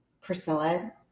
Priscilla